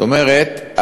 זאת אומרת,